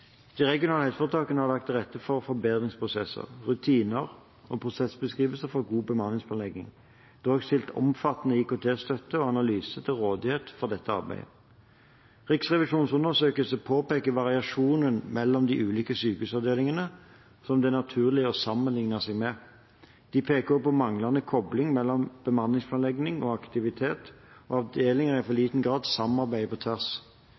De regionale helseforetakene har lagt til rette for forbedringsprosesser, rutiner og prosessbeskrivelser for god bemanningsplanlegging. Det er også stilt omfattende IKT-støtte og analyser til rådighet i dette arbeidet. Riksrevisjonens undersøkelse påpeker variasjoner mellom ulike sykehusavdelinger som det er naturlig å sammenligne seg med. De peker også på manglende kobling mellom bemanningsplanlegging og aktivitet, og at avdelingene i for liten grad samarbeider på tvers.